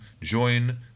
join